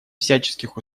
всяческих